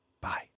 Bye